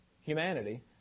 humanity